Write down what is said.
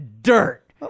dirt